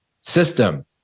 system